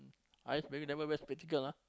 eyes very never wear spectacle ah